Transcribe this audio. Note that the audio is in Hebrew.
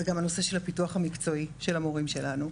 זה גם הנושא של הפיתוח המקצועי של המורים שלנו,